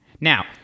now